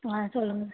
ஆ சொல்லுங்கள்